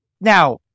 Now